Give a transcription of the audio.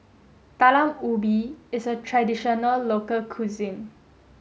Talam Ubi is a traditional local cuisine